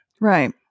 Right